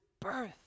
birth